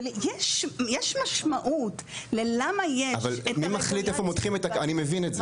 יש משמעות ללמה יש את --- אני מבין את זה,